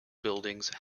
buildings